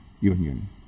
Union